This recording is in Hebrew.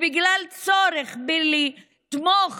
והצורך הוא לתמוך